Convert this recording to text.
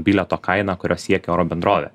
bilieto kainą kurios siekia oro bendrovė